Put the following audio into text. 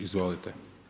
Izvolite.